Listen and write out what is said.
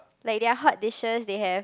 like their hot dishes they have